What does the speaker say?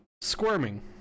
squirming